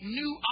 new